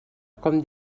com